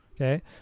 Okay